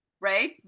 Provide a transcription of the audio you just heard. right